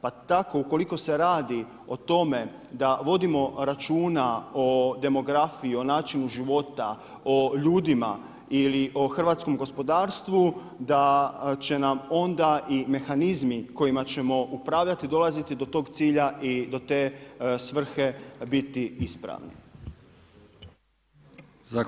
Pa tako ukoliko se radi o tome da vodimo računa o demografiji, načinu života, o ljudima ili o hrvatskom gospodarstvu, da će nam onda i mehanizmi kojima ćemo upravljati dolaziti do tog cilja i do te svrhe biti ispravni.